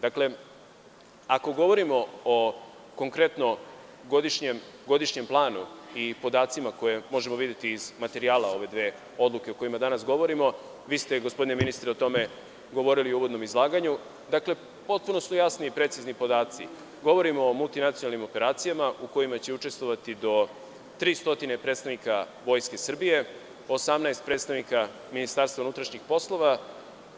Dakle, ako govorimo konkretno o godišnjem planu i podacima koje možemo videti iz materijala ove dve odluke o kojima danas govorimo, vi ste, gospodine ministre, o tome govorili u uvodnom izlaganju, potpuno su jasni i precizni podaci, govorimo o multinacionalnim operacijama u kojima će učestvovati do 300 predstavnika Vojske Srbije i 18 predstavnika MUP-a.